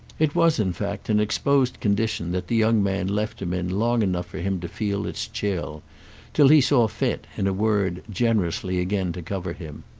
it was in fact an exposed condition that the young man left him in long enough for him to feel its chill till he saw fit, in a word, generously again to cover him.